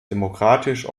demokratisch